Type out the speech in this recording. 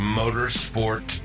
motorsport